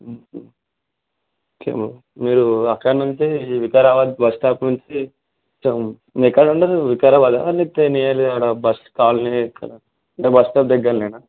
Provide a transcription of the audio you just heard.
okay మీరు అక్కడ నుంచి ఈ వికారాబాద్ బస్ స్టాప్ నుంచి కొంచెం మీరు ఎక్కడ ఉంటారు వికారాబాదా లేకపోతే నియర్ ఆడ బస్ కాలనీ ఎక్కడ అంటే బస్ స్టాప్ దగ్గరలోనా